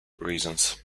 reasons